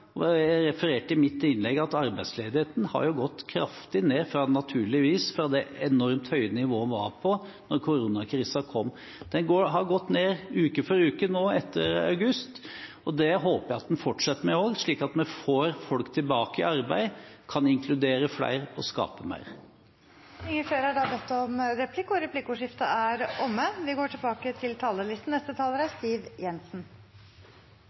Jeg refererte i mitt innlegg til at arbeidsledigheten har gått kraftig ned – naturligvis – fra det enormt høye nivået den var på da koronakrisen kom. Den har gått ned uke for uke etter august. Det håper jeg at den fortsetter å gjøre, slik at vi får folk tilbake i arbeid og kan inkludere flere og skape mer. Replikkordskiftet er omme. Det er krevende tider. Arbeidsledigheten er høy. Mange arbeidsplasser er